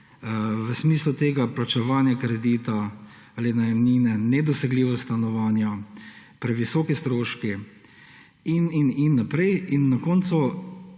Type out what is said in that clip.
v smislu tega plačevanja kredita ali najemnine: nedosegljivost stanovanja, previsoki stroški in naprej.